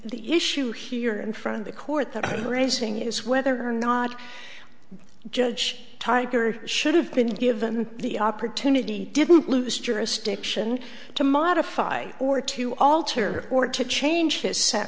the issue here in front of the court that i'm raising is whether or not judge tiger should have been given the opportunity didn't lose jurisdiction to modify or to alter or to change his